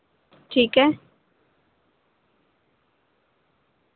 ٹھیک ہے